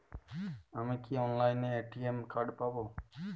আমি কি অনলাইনে এ.টি.এম কার্ড পাব?